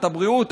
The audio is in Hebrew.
את הבריאות,